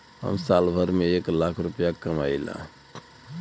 हम साल भर में एक लाख रूपया कमाई ला